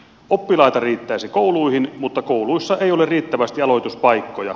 oppilaita riittäisi kouluihin mutta kouluissa ei ole riittävästi aloituspaikkoja